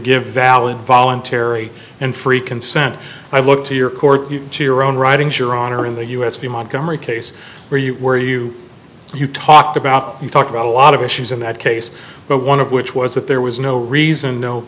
give valid voluntary and free consent i look to your court to your own writings your honor in the u s the montgomery case where you were you you talked about you talked about a lot of issues in that case but one of which was that there was no reason no